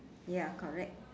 ya correct